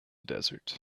desert